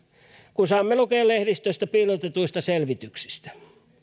kun saamme lukea lehdistöstä piilotetuista selvityksistä